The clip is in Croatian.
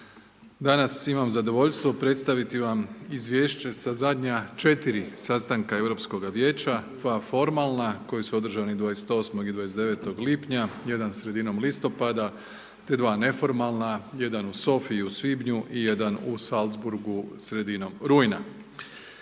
Danas imam zadovoljstvo predstaviti vam izvješće sa zadnja 4 sastanka Europskoga vijeća, 2 formalna koja su održani 28. i 29. lipnja, jedan sredinom listopada, te dva neformalna, jedan u Sofi u svibnju i jedan u Salzburgu sredinom rujna.